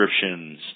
descriptions